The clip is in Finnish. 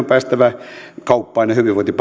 päästävä kauppaan